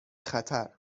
خطر